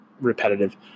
repetitive